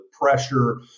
pressure